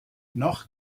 noch